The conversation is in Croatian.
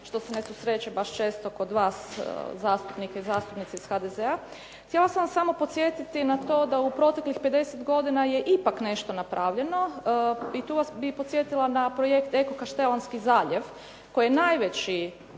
što se ne susreće baš često kod vas zastupnika i zastupnica iz HDZ-a. Htjela sam vas samo podsjetiti na to da u proteklih 50 godina je ipak nešto napravljeno i tu bih vas podsjetila na projekt EKO Kaštelanski zaljev koji je najveći